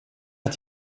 att